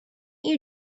you